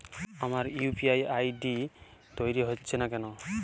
আমার UPI ID তৈরি হচ্ছে না কেনো?